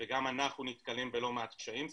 וגם אנחנו נתקלים בלא מעט קשיים סביבו,